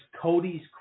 Cody's